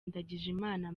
ndagijimana